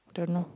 don't know